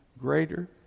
greater